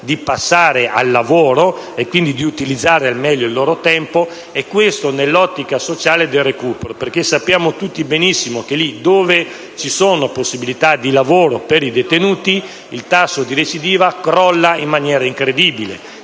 di passare al lavoro e di utilizzare al meglio il loro tempo nell'ottica sociale del recupero perché, sappiamo tutti benissimo, che, dove ci sono possibilità di lavoro per i detenuti, il tasso di recidiva crolla in maniera incredibile